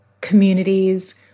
communities